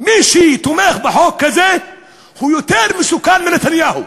מי שתומך בחוק הזה הוא יותר מסוכן מנתניהו.